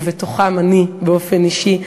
ובתוכם אני באופן אישי,